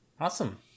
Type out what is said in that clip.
Awesome